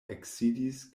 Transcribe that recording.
eksidis